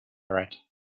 red